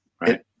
Right